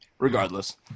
regardless